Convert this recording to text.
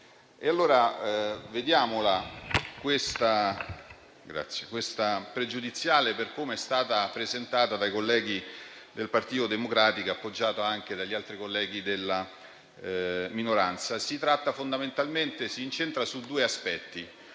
Vediamola allora questa pregiudiziale per come è stata presentata dai colleghi del Partito Democratico, appoggiati anche dagli altri colleghi della minoranza. Essa si incentra fondamentalmente su alcuni aspetti: